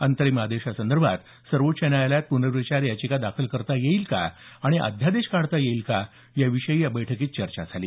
अंतरिम आदेशासंदर्भात सर्वोच्च न्यायालयात प्नर्विचार याचिका दाखल करता येईल का आणि अध्यादेश काढता येईल का याविषयी या बैठकीत चर्चा झाली